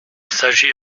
s’agit